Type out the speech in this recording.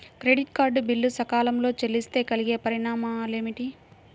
Credit card bill సకాలంలో చెల్లిస్తే కలిగే పరిణామాలేమిటి?